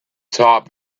top